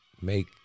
make